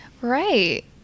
Right